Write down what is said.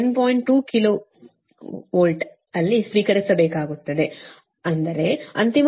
2 KV ಯಲ್ಲಿ ಸ್ಥಿರವಾಗಿರಿಸಬೇಕಾಗುತ್ತದೆ ಅಂದರೆ ಅಂತಿಮ ವೋಲ್ಟೇಜ್ ಅನ್ನು 10